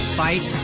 fight